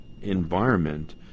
environment